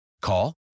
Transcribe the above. Call